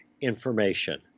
information